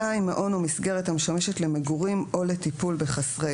מעון או מסגרת המשמשת למגורים או לטיפול בחסרי